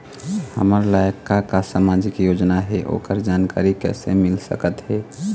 हमर लायक का का सामाजिक योजना हे, ओकर जानकारी कइसे मील सकत हे?